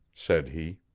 said he.